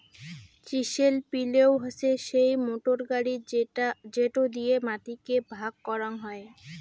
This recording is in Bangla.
চিসেল পিলও হসে সেই মোটর গাড়ি যেটো দিয়ে মাটি কে ভাগ করাং হই